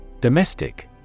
Domestic